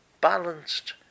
balanced